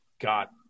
got